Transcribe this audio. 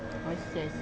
I see I see